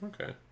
okay